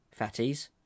fatties